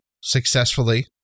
successfully